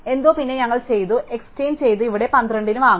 എന്തോ പിന്നെ ഞങ്ങൾ ചെയ്തു എക്സ്ചേഞ്ച് ചെയ്ത് ഇവിടെ 12 ന് വാങ്ങും